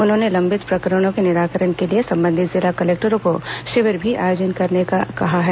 उन्होंने लंबित प्रकरणों के निराकरण के लिए संबंधित जिला कलेक्टरों को शिविर भी आयोजित करने को कहा है